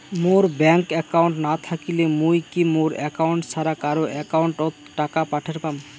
মোর bank account না থাকিলে মুই কি মোর একাউন্ট ছাড়া কারো একাউন্ট অত টাকা পাঠের পাম?